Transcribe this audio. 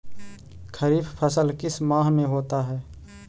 खरिफ फसल किस माह में होता है?